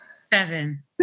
Seven